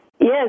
Yes